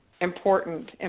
important